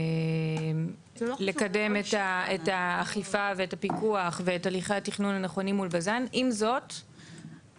ובאותו לילה אחרי 39 שנה שפקחי האיגוד נכנסים לבז"ן באופן תדיר,